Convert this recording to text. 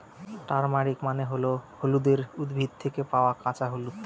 turmeric মানে হল হলুদের উদ্ভিদ থেকে পাওয়া কাঁচা হলুদ